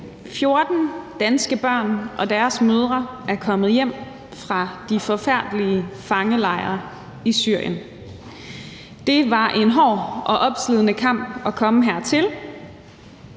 14 danske børn og deres mødre er kommet hjem fra de forfærdelige fangelejre i Syrien. Det var en hård og opslidende kamp at komme hertil,